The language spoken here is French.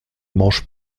mange